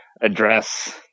address